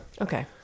Okay